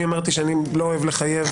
אמרתי שאיני אוהב לחייב,